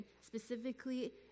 specifically